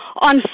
on